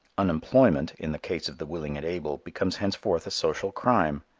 unemployment, in the case of the willing and able becomes henceforth a social crime.